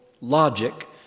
logic